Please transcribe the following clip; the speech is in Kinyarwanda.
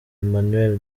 emmanuel